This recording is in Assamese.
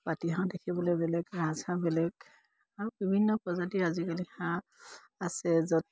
পাতিহাঁহো দেখিবলৈ বেলেগ ৰাজহাঁহ বেলেগ আৰু বিভিন্ন প্ৰজাতিৰ আজিকালি হাঁহ আছে য'ত